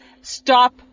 stop